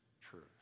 truth